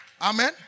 Amen